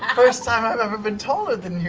um first time i've ever been taller than you.